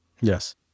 yes